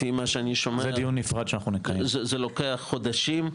לפי מה שאני שומע, זה לוקח חודשים.